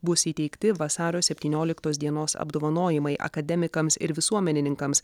bus įteikti vasario septynioliktos dienos apdovanojimai akademikams ir visuomenininkams